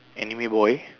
anime boy